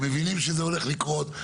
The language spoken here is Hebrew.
הם מבינים שזה הולך לקרות,